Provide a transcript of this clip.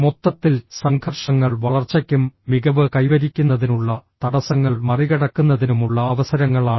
മൊത്തത്തിൽ സംഘർഷങ്ങൾ വളർച്ചയ്ക്കും മികവ് കൈവരിക്കുന്നതിനുള്ള തടസ്സങ്ങൾ മറികടക്കുന്നതിനുമുള്ള അവസരങ്ങളാണ്